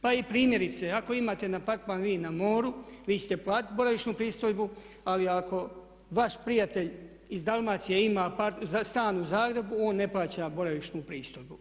Pa i primjerice ako imate apartman vi na moru vi ćete platiti boravišnu pristojbu ali ako vaš prijatelj iz Dalmacije ima stan u Zagrebu on ne plaća boravišnu pristojbu.